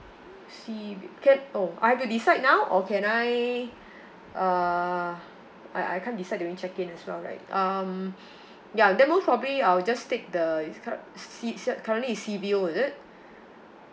sea view can oh I have to decide now or can I uh I I can't decide during check in as well right um ya then most probably I'll just take the it's called sea sel~ currently it's sea view is it